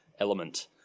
element